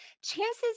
Chances